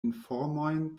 informojn